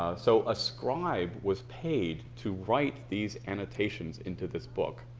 ah so a scribe was paid to write these annotations into this book.